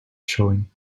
showing